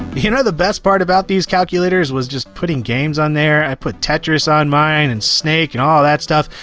you know the best part about these calculators was just putting games on there. i put tetris on mine, and snake, and all that stuff.